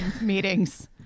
meetings